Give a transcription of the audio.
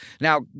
Now